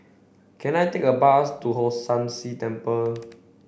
can I take a bus to Hong San See Temple